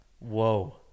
Whoa